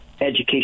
education